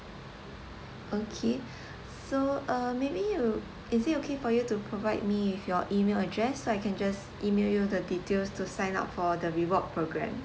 okay so uh maybe you is it okay for you to provide me with your email address so I can just email you the details to sign up for the reward programme